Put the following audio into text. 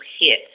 hit